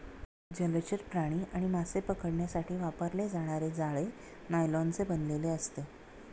जलचर प्राणी आणि मासे पकडण्यासाठी वापरले जाणारे जाळे नायलॉनचे बनलेले असते